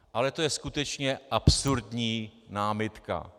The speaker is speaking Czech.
Ale to je skutečně absurdní námitka.